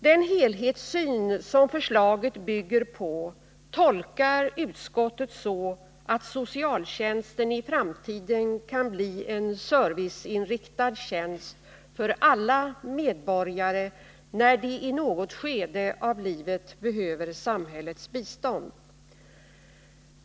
Den helhetssyn som förslaget bygger på tolkar utskottet så att socialtjänsten i framtiden kan bli en serviceinriktad tjänst för alla medborgare, när de i något skede av livet behöver samhällets bistånd.